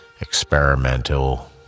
experimental